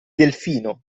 delfino